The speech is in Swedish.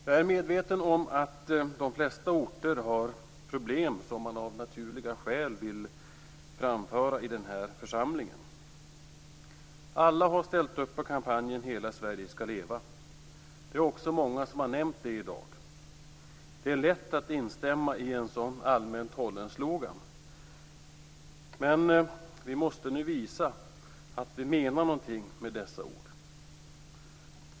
Jag är medveten om att de flesta orter har problem som man av naturliga skäl vill framföra i den här församlingen. Alla har ställt upp på kampanjen Hela Sverige skall leva. Det är också många som har nämnt det i dag. Det är lätt att instämma i en så allmänt hållen slogan. Men vi måste nu visa att vi menar någonting med dessa ord.